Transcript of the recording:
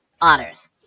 otters